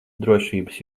drošības